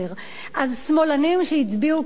אז שמאלנים שהצביעו קדימה,